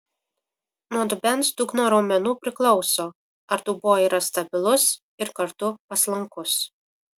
nuo dubens dugno raumenų priklauso ar dubuo yra stabilus ir kartu paslankus